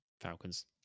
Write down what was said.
Falcons